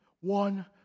one